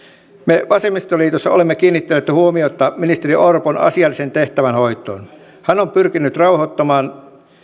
me vasemmistoliitossa olemme kiinnittäneet huomiota ministeri orpon asialliseen tehtävänhoitoon hän on pyrkinyt rauhoittamaan